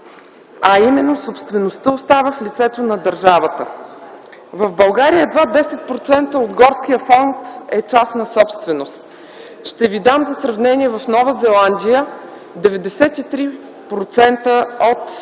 а именно собствеността остава в лицето на държавата. В България едва 10% от горския фонд е частна собственост. Ще ви дам за сравнение Нова Зеландия – 93% от